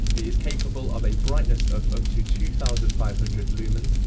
is capable of a brightness of up to two thousand five hundred lumens.